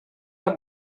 amb